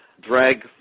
Drag